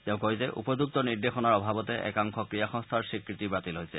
তেওঁ কয় যে উপযুক্ত নিৰ্দেশনাৰ অভাৱতে একাংশ ক্ৰীড়া সংস্থাৰ স্বীকৃতি বাতিল হৈছে